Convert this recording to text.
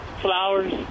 flowers